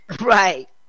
Right